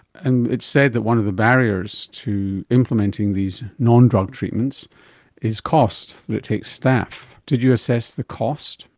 and it's said that one of the barriers to implementing these nondrug treatments is cost, that it takes staff. did you assess the cost?